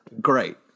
Great